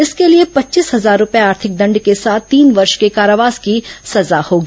इसके लिए पच्चीस हजार रुपये आर्थिक दंड के साथ तीन वर्ष के कारावास की सजा होगी